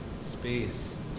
space